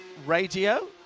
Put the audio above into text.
Radio